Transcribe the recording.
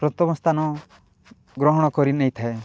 ପ୍ରଥମ ସ୍ଥାନ ଗ୍ରହଣ କରି ନେଇଥାଏ